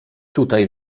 tutaj